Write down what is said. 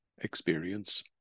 experience